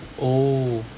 oh